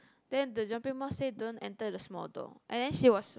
then the jumping mouse say don't enter the small door and then she was so